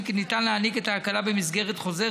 כי ניתן להעניק את ההקלה במסגרת חוזר,